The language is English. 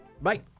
Bye